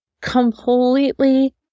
completely